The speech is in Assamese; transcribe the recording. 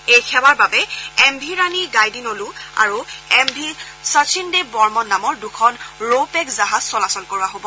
এই সেৱাৰ বাবে এম ভি ৰাণী গাইডিনলু আৰু এম ভি শচীন দেৱ বৰ্মন নামৰ দুখন ৰো পেক্স জাহাজ চলাচল কৰোৱা হ'ব